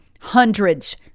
hundreds